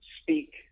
speak